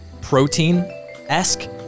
protein-esque